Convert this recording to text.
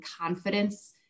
confidence